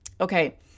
Okay